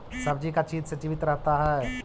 सब्जी का चीज से जीवित रहता है?